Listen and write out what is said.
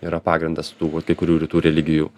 yra pagrindas tų vat kai kurių rytų religijų